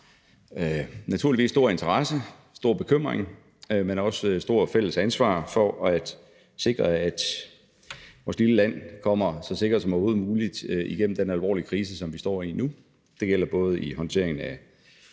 naturligvis er en stor interesse, en stor bekymring, men også et stort fælles ansvar for at sikre, at vores lille land kommer så sikkert som overhovedet muligt igennem den alvorlige krise, som vi står i nu. Det gælder både i forhold til håndteringen af